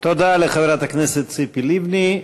תודה לחברת הכנסת ציפי לבני.